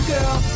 Girl